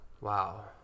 Wow